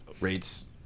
rates